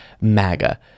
MAGA